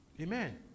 Amen